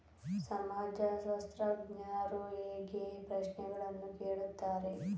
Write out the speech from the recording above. ಸಮಾಜಶಾಸ್ತ್ರಜ್ಞರು ಹೇಗೆ ಪ್ರಶ್ನೆಗಳನ್ನು ಕೇಳುತ್ತಾರೆ?